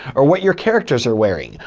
or what your characters are wearing,